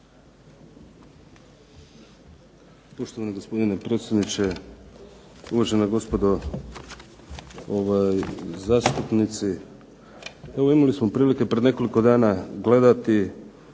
Poštovani gospodine predsjedniče, uvažena gospodo zastupnici. Evo imali smo prilike pred nekoliko dana gledati